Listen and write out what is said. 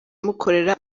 amukorera